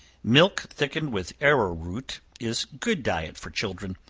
milk thickened with arrow root is good diet for children.